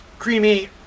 creamy